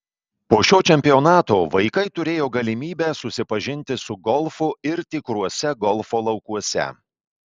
po šio čempionato vaikai turėjo galimybę susipažinti su golfu ir tikruose golfo laukuose